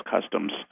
customs